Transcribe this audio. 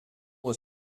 was